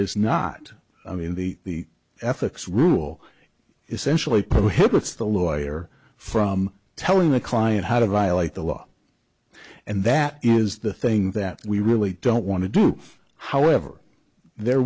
is not i mean the ethics rule essentially prohibits the lawyer from telling the client how to violate the law and that is the thing that we really don't want to do however there